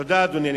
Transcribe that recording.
תודה, אדוני.